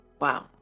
Wow